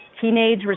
Teenage